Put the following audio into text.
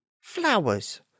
flowers